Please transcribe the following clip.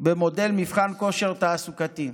במודל מבחן כושר תעסוקתי,